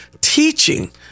teaching